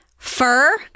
Fur